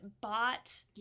bought